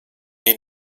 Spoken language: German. die